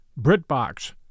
BritBox